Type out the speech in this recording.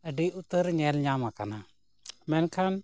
ᱟᱹᱰᱤ ᱩᱛᱟᱹᱨ ᱧᱮᱞ ᱧᱟᱢ ᱟᱠᱟᱱᱟ ᱢᱮᱱᱠᱷᱟᱱ